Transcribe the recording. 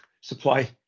Supply